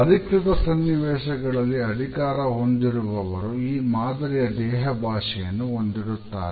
ಅಧಿಕೃತ ಸನ್ನಿವೇಶಗಳಲ್ಲಿ ಅಧಿಕಾರ ಹೊಂದಿರುವವರು ಈ ಮಾದರಿಯ ದೇಹಭಾಷೆಯನ್ನು ಹೊಂದಿರುತ್ತಾರೆ